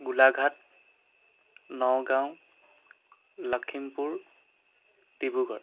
Golaghat Nagaon Lakhimpur Dibrugarh